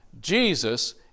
Jesus